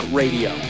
radio